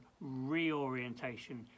reorientation